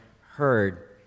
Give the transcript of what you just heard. heard